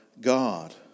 God